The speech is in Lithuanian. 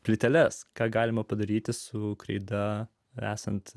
plyteles ką galima padaryti su kreida esant